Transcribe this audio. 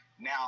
Now